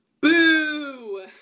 Boo